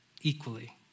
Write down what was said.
equally